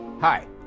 Hi